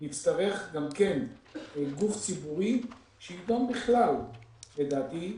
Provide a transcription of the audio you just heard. נצטרך גם כן גוף ציבורי שיידון בכלל, לדעתי,